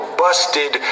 busted